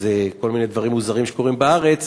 שזה כל מיני דברים מוזרים שקורים בארץ,